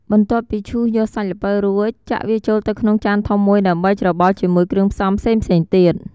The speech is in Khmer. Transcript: បន្ទាប់ពីឈូសយកសាច់ល្ពៅរួច ចាក់វាចូលទៅក្នុងចានធំមួយ ដើម្បីច្របល់ជាមួយគ្រឿងផ្សំផ្សេងៗទៀត។